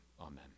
amen